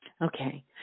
Okay